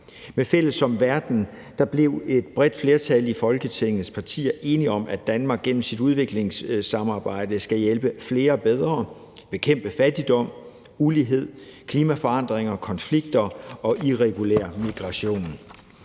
Med »Fælles om verden« blev et bredt flertal blandt Folketingets partier enige om, at Danmark gennem sit udviklingssamarbejde skal hjælpe flere bedre, bekæmpe fattigdom, ulighed, klimaforandringer, konflikter og irregulær migration.